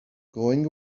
going